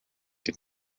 den